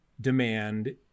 demand